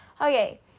okay